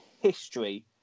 history